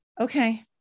Okay